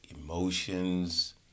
emotions